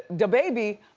dababy,